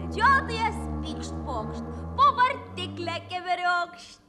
medžiotojas pykšt pokšt po vartikle keberiokšt